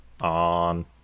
On